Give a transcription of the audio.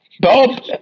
Bob